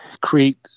create